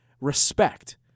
Respect